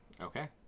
Okay